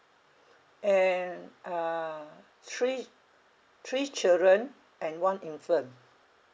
and uh three three children and one infant